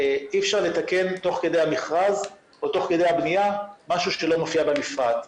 אי אפשר לתקן תוך כדי המכרז או תוך כדי הבניה משהו שהוא לא מופיע במפרט.